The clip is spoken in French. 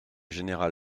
général